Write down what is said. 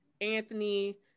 Anthony